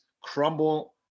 crumble